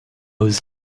was